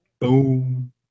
Boom